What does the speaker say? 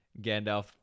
Gandalf